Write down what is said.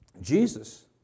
Jesus